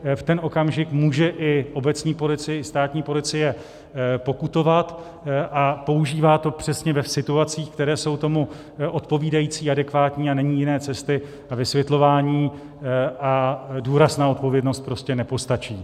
V ten okamžik může obecní policie i státní policie pokutovat a používá to přesně v situacích, které jsou tomu odpovídající, adekvátní, a není jiné cesty a vysvětlování a důraz na odpovědnost prostě nepostačí.